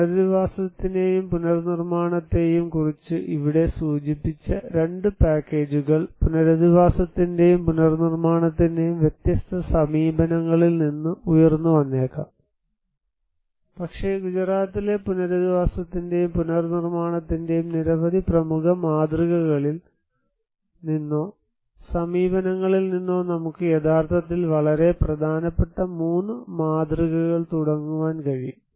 പുനരധിവാസത്തെയും പുനർനിർമ്മാണത്തെയും കുറിച്ച് ഇവിടെ സൂചിപ്പിച്ച 2 പാക്കേജുകൾ പുനരധിവാസത്തിന്റെയും പുനർനിർമ്മാണത്തിന്റെയും വ്യത്യസ്ത സമീപനങ്ങളിൽ നിന്ന് ഉയർന്നുവന്നേക്കാം പക്ഷേ ഗുജറാത്തിലെ പുനരധിവാസത്തിന്റെയും പുനർനിർമ്മാണത്തിന്റെയും നിരവധി പ്രമുഖ മാതൃകകളിൽ നിന്നോ സമീപനങ്ങളിൽ നിന്നോ നമുക്ക് യഥാർത്ഥത്തിൽ വളരെ പ്രധാനപ്പെട്ട മൂന്ന് മാതൃകകൾ തുടങ്ങുവാൻ കഴിയും